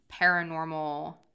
paranormal